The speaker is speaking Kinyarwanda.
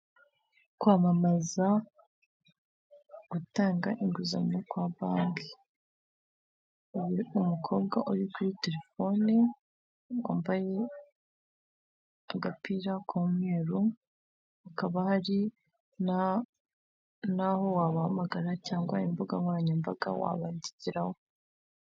Kwamamaza gutanga inguzanyo kwa banke, hari umukobwa uri kuri telefone wambaye agapira k'umweru, hakaba hari na n'aho wabahamagara cyangwa imbuga nkoranyambaga wabandikiraho.